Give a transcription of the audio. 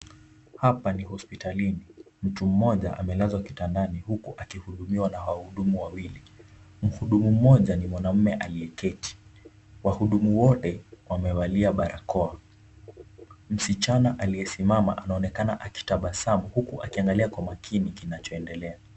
Hapa ni hospitalini, mtu mmoja amelazwa kitandani huku akihudumiwa na wahudumu wawili, mhudumu mmoja ni mwanaume aliyeketi, wahudumu wote wamevalia barakoa, msichana aliyesimama anaonekana akitabasamu huku akiangalia kwa makini kinachoendelea.